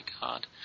God